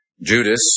Judas